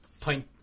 point